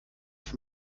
auf